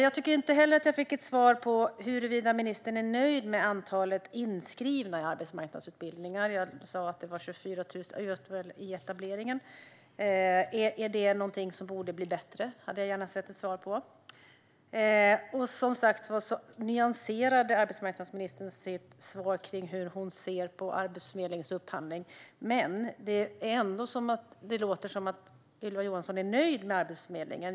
Jag tycker inte heller att jag fick svar på frågan huruvida ministern är nöjd med antalet inskrivna i arbetsmarknadsutbildningar. Jag sa att det var 24 000 i etableringen. Är det någonting som borde bli bättre? Det hade jag gärna fått ett svar på. Arbetsmarknadsministern nyanserade som sagt sitt svar på frågan hur hon ser på Arbetsförmedlingens upphandling, men det låter ändå som att Ylva Johansson är nöjd med Arbetsförmedlingen.